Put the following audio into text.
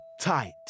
tight